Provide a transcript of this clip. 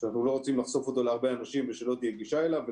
שאנחנו לא רוצים לחשוף אותו להרבה אנשים שלא תהיה גישה אליו.